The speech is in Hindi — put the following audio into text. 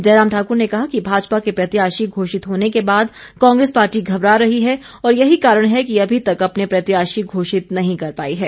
जयराम ठाक्र ने कहा कि भाजपा के प्रत्याशी घोषित होने के बाद कांग्रेस पार्टी घबरा रही है और यही कारण है कि अभी तक अपने प्रत्याशी घोषित नहीं कर पाई है